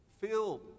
filled